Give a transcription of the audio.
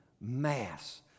mass